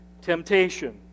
temptation